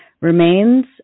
remains